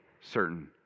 certain